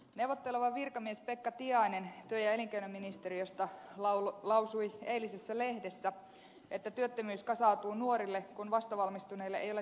neuvotteleva virkamies pekka tiainen työ ja elinkeinoministeriöstä lausui eilisessä lehdessä että työttömyys kasautuu nuorille kun vastavalmistuneille ei ole työpaikkoja